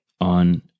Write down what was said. on